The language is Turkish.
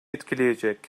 etkileyecek